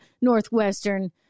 Northwestern